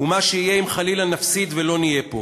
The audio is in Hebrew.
ומה שיהיה אם חלילה נפסיד ולא נהיה פה,